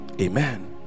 Amen